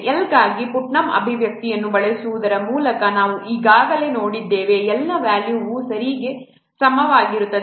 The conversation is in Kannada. L ಗಾಗಿ ಪುಟ್ನಮ್ ಅಭಿವ್ಯಕ್ತಿಯನ್ನು ಬಳಸುವುದರ ಮೂಲಕ ನಾವು ಈಗಾಗಲೇ ನೋಡಿದ್ದೇವೆ L ನ ವ್ಯಾಲ್ಯೂವು ಸರಿಗೆ ಸಮಾನವಾಗಿರುತ್ತದೆ